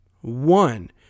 One